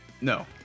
No